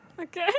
Okay